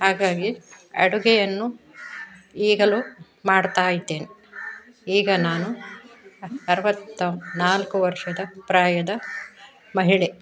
ಹಾಗಾಗಿ ಅಡುಗೆಯನ್ನು ಈಗಲೂ ಮಾಡ್ತಾಯಿದ್ದೇನೆ ಈಗ ನಾನು ಅರವತ್ತ ನಾಲ್ಕು ವರ್ಷದ ಪ್ರಾಯದ ಮಹಿಳೆ